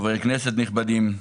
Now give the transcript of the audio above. חברי כנסת נכבדים,